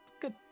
Good